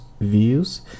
views